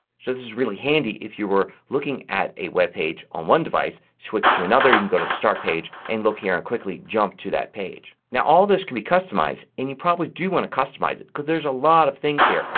so this is really handy if you were looking at a webpage on one device, switch to another. you can go to the start page and look here and quickly jump to that page. now all of this can be customized and you probably do want to customize it because there's a lot of things here.